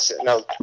no